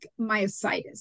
myositis